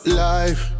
life